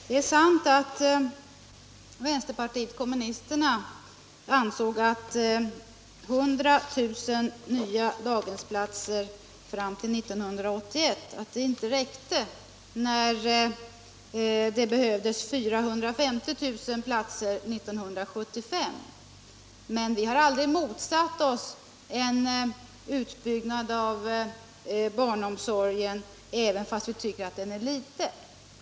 Herr talman! Det är riktigt att vi i vänsterpartiet kommunisterna ansåg att det inte räckte med 100 000 nya daghemsplatser fram till 1981, när det behövdes 450 000 platser 1975. Men vi har aldrig motsatt oss en utbyggnad av barnomsorgen, även om den har varit liten.